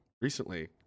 recently